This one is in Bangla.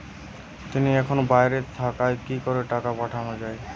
তিনি এখন বাইরে থাকায় কি করে টাকা পাঠানো য়ায়?